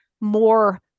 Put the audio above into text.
more